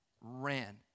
ran